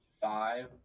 five